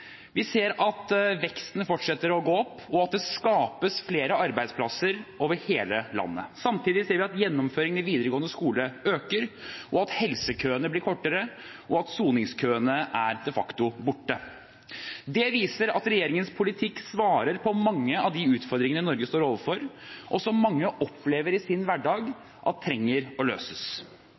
Vi ser at veksten fortsetter å gå opp, og at det skapes flere arbeidsplasser over hele landet. Samtidig ser vi at gjennomføringen i videregående skole øker, at helsekøene blir kortere, og at soningskøene er de facto borte. Det viser at regjeringens politikk svarer på mange av de utfordringene Norge står overfor, og som mange opplever i sin hverdag at trengs å løses.